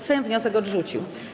Sejm wniosek odrzucił.